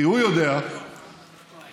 שהיו צריכים לבוא לפה באופן לא